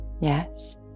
Yes